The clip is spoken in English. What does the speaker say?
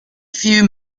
few